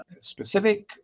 specific